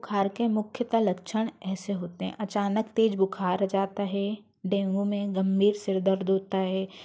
बुखार के मुख्यतः लक्षण ऐसे होते हैं अचानक तेज़ बुखार आ जाता है डेंगू में गम्भीर सिर दर्द होता है